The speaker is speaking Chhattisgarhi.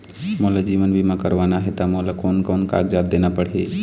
मोला जीवन बीमा करवाना हे ता मोला कोन कोन कागजात देना पड़ही?